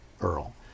Earl